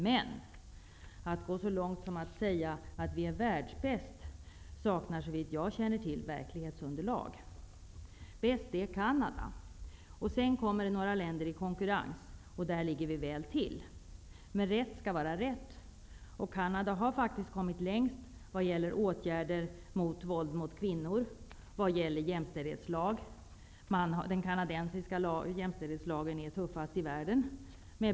Men att gå så långt som att säga att vi är världsbäst saknar, såvitt jag känner till, verklighetsunderlag. Bäst lär Canada vara. Sedan kommer några länder i konkurrens, och där ligger vi väl till. Rätt skall vara rätt, och Canada har faktiskt kommit längst vad gäller åtgärder mot våld mot kvinnor och vad gäller jämställdhetslag. Den kanadensiska jämställdhetslagen är tuffast i världen.